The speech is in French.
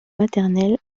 maternelle